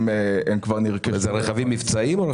אלה רכבים מבצעיים?